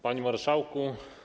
Panie Marszałku!